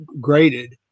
graded